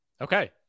Okay